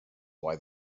why